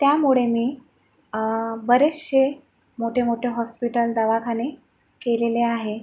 त्यामुळे मी बरेचसे मोठेमोठे हॉस्पिटल दवाखाने केलेले आहे